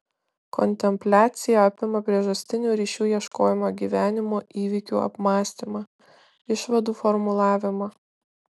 kontempliacija apima priežastinių ryšių ieškojimą gyvenimo įvykių apmąstymą išvadų formulavimą